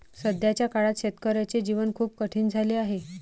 सध्याच्या काळात शेतकऱ्याचे जीवन खूप कठीण झाले आहे